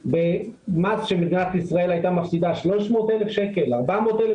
במס שמדינת ישראל היתה מפסידה 300,000 שקל או 400,000